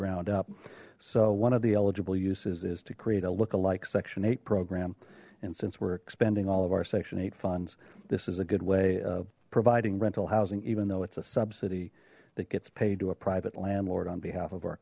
ground up so one of the eligible uses is to create a look alike section eight program and since we're expending all of our section eight funds this is a good way of providing rental housing even though it's a subsidy that gets paid to a private landlord on behalf of our